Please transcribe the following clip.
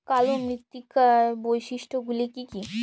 কালো মৃত্তিকার বৈশিষ্ট্য গুলি কি কি?